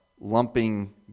lumping